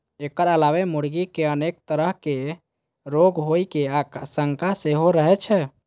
एकर अलावे मुर्गी कें अनेक तरहक रोग होइ के आशंका सेहो रहै छै